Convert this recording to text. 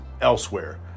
elsewhere